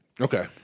Okay